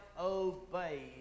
obeyed